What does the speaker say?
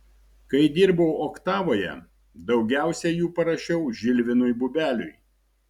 kai dirbau oktavoje daugiausiai jų parašiau žilvinui bubeliui